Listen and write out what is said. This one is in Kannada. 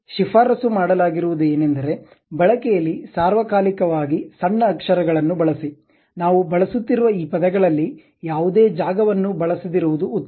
ಶಿಫಾರಸು ಮಾಡಲಾಗಿರುವದು ಏನೆಂದರೆ ಬಳಕೆಯಲ್ಲಿ ಸಾರ್ವಕಾಲಿಕವಾಗಿ ಸಣ್ಣ ಅಕ್ಷರಗಳನ್ನು ಬಳಸಿ ನಾವು ಬಳಸುತ್ತಿರುವ ಈ ಪದಗಳಲ್ಲಿ ಯಾವುದೇ ಜಾಗವನ್ನು ಬಳಸದಿರುವುದು ಉತ್ತಮ